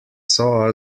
saw